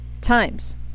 times